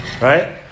Right